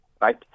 right